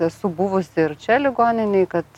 esu buvusi ir čia ligoninėj kad